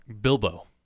Bilbo